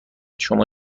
شما